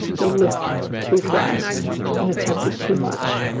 he lived too fast and attempted too much.